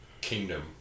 kingdom